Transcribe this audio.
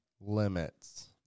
limits